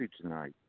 tonight